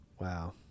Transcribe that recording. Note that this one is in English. Wow